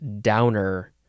downer